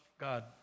God